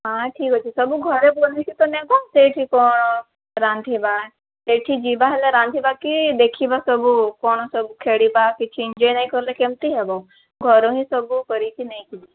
ହାଁ ଠିକ୍ ଅଛି ସବୁ ଘରେ ବନେଇକି ତ ନେବା ରାନ୍ଧିବା ସେଇଠି କ'ଣ ରାନ୍ଧିବା ସେଇଠି ଯିବା ହେଲେ ରାନ୍ଧିବା କି ଦେଖିବା ସବୁ କ'ଣ ସବୁ ଖେଳିବା କିଛି ଏନ୍ଜଏ୍ ନାଇଁ କଲେ କେମିତି ହେବ ଘରୁ ହିଁ ସବୁ କରିକି ନେଇକି ଯିବା